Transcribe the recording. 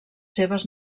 seves